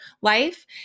life